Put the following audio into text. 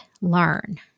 learn